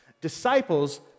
Disciples